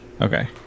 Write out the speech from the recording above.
Okay